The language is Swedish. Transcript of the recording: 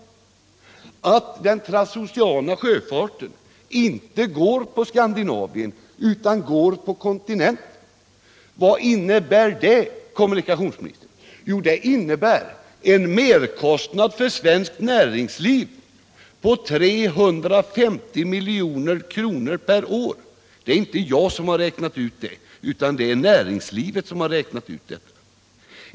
Det kan innebära att den transoceana sjöfarten inte går på Skandinavien utan på kontinenten. Vad blir följden av det, herr kommunikationsminister? Jo, det innebär en merkostnad för svenskt näringsliv på 350 milj.kr. per år. Det är inte jag som har räknat ut det, utan det har näringslivet gjort.